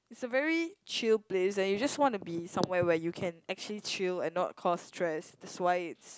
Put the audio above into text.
it's a very chill place and you just want to be somewhere where you can actually chill and not cause stress that's why it's